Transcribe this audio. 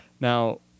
Now